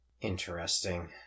Interesting